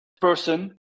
person